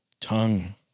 tongue